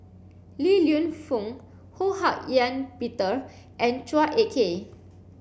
Li Lienfung Ho Hak Ean Peter and Chua Ek Kay